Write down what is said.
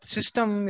system